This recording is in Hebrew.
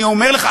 אני אומר לך,